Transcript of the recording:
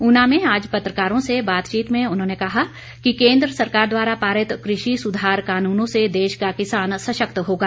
ऊना में आज पत्रकारों से बातचीत में उन्होंने कहा कि केन्द्र सरकार द्वारा पारित कृषि सुधार कानूनों से देश का किसान सशक्त होगा